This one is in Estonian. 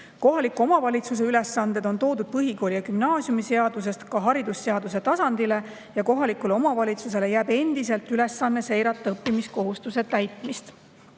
Kohaliku omavalitsuse ülesanded on toodud põhikooli- ja gümnaasiumiseadusest ka haridusseaduse tasandile ja kohalikule omavalitsusele jääb endiselt ülesanne seirata õppimiskohustuse täitmist.